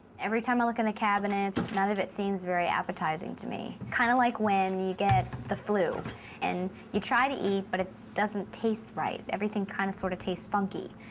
every time i look in the cabinets, none of it seems very appetizing to me. kind of like when you get the flu and you try to eat, but it doesn't taste right. everything kind of sort of tastes funky.